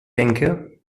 denke